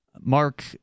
Mark